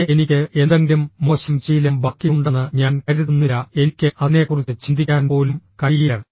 പിന്നെ എനിക്ക് എന്തെങ്കിലും മോശം ശീലം ബാക്കിയുണ്ടെന്ന് ഞാൻ കരുതുന്നില്ല എനിക്ക് അതിനെക്കുറിച്ച് ചിന്തിക്കാൻ പോലും കഴിയില്ല